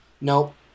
Nope